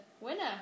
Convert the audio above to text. winner